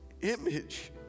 image